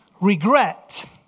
regret